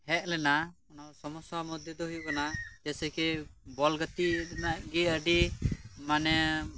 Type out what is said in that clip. ᱦᱮᱡ ᱞᱮᱱᱟ ᱚᱱᱟ ᱥᱚᱢᱚᱥᱟ ᱢᱚᱫᱷᱮ ᱫᱚ ᱦᱩᱭᱩᱜ ᱠᱟᱱᱟ ᱡᱮᱥᱮᱠᱤ ᱵᱚᱞ ᱜᱟᱛᱤᱜ ᱨᱮᱱᱟᱜ ᱜᱤ ᱟᱹᱰᱤ ᱢᱟᱱᱮ